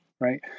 right